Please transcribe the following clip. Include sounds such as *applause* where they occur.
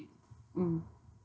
*noise* um